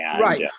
right